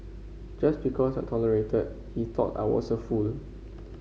just because I tolerated he thought I was a fool